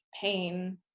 pain